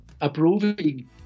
approving